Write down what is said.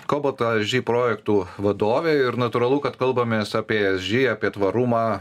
cobalt esg projektų vadovė ir natūralu kad kalbamės apie esg apie tvarumą